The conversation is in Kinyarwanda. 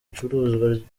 ibicuruzwa